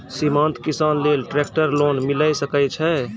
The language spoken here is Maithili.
सीमांत किसान लेल ट्रेक्टर लोन मिलै सकय छै?